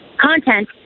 content